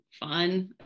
fun